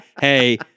hey